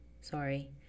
Sorry